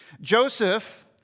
Joseph